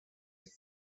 its